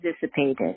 dissipated